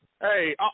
Hey